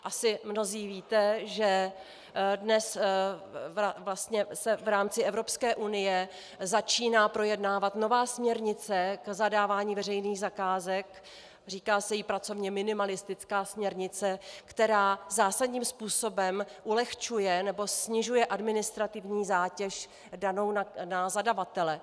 Asi mnozí víte, že dnes se v rámci EU začíná projednávat nová směrnice k zadávání veřejných zakázek, říká se jí pracovně minimalistická směrnice, která zásadním způsobem ulehčuje, nebo snižuje administrativní zátěž danou na zadavatele.